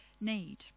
need